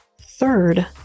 third